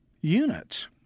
units